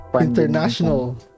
International